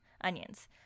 onions